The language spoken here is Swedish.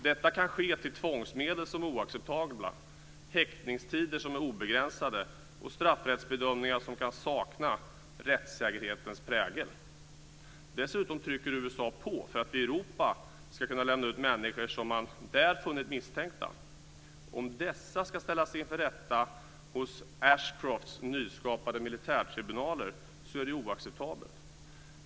Detta kan ske med tvångsmedel som är oacceptabla, häktningstider som är obegränsade och straffrättsbedömningar som kan sakna rättssäkerhetens prägel. Dessutom trycker USA på för att Europa ska kunna lämna ut människor som man där funnit misstänkta. Om dessa ska ställas inför rätta hos Ashcrofts nyskapade militärtribunaler är det oacceptabelt.